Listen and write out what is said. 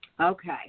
Okay